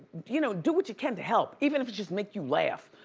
you know, do what you can to help. even if it's just make you laugh.